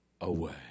away